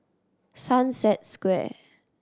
Sunset Square